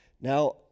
Now